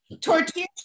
Tortilla